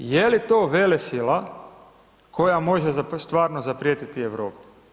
Je li to velesila koja može stvarno zaprijetiti Europi?